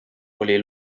oli